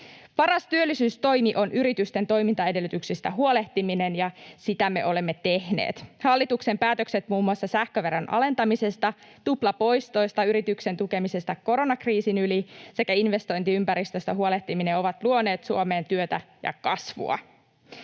Paras työllisyystoimi on yritysten toimintaedellytyksistä huolehtiminen, ja sitä me olemme tehneet. Hallituksen päätökset muun muassa sähköveron alentamisesta, tuplapoistoista, yritysten tukemisesta koronakriisin yli sekä investointiympäristöstä huolehtiminen ovat luoneet Suomeen työtä ja kasvua.